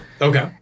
Okay